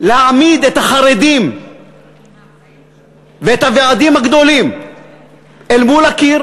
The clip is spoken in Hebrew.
להעמיד את החרדים ואת הוועדים הגדולים אל מול הקיר,